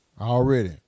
Already